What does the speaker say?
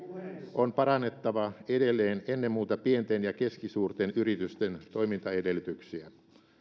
on parannettava edelleen ennen muuta pienten ja keskisuurten yritysten toimintaedellytyksiä